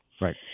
Right